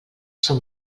són